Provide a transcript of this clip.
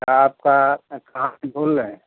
आपका कहाँ से बोल रहें